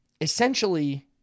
Essentially